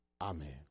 amen